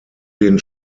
den